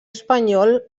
espanyol